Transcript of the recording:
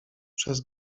przez